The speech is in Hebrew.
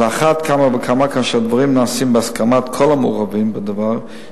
על אחת כמה וכמה כאשר דברים נעשים בהסכמת כל המעורבים בדבר,